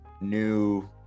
new